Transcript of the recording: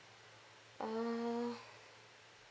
uh